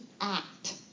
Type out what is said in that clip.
act